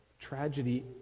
tragedy